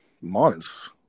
months